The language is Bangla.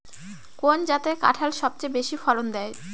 কোন জাতের কাঁঠাল সবচেয়ে বেশি ফলন দেয়?